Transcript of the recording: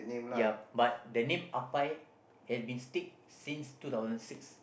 ya but the name Ahpai has been stick since two thousand six